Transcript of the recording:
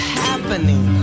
happening